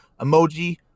emoji